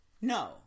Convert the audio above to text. no